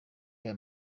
aya